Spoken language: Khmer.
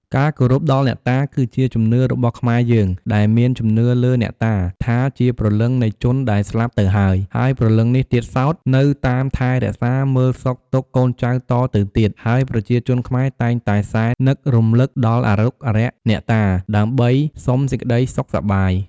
ការគោរពដល់អ្នកតា គឺជាជំនឿរបស់ខ្មែរយើងដែលមានជំនឿលើអ្នកតា ថាជាព្រលឹងនៃជនដែលស្លាប់ទៅហើយ ហើយព្រលឹងនេះទៀតសោតនៅតាមថែរក្សា មើលសុខទុក្ខកូនចៅតទៅទៀត ហើយប្រជាជនខ្មែរតែងតែសែននឹករំលឹកដល់អារុក្ខអារក្សអ្នកតា ដើម្បីសុំសេចក្ដីសុខសប្បាយ។